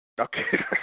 Okay